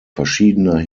verschiedener